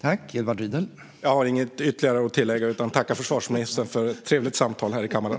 Herr talman! Jag har inget ytterligare att tillägga utan tackar försvarsministern för ett trevligt samtal här i kammaren.